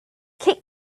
kate